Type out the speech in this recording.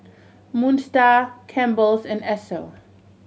Moon Star Campbell's and Esso